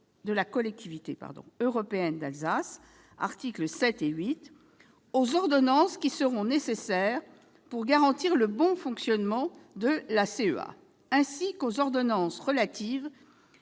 de la Collectivité européenne d'Alsace- articles 7 et 8 -, aux ordonnances qui seront nécessaires pour garantir le bon fonctionnement de cette collectivité, et aux ordonnances